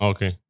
Okay